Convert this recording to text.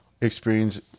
experience